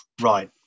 right